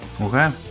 okay